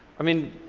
i mean,